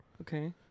Okay